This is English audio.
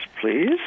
please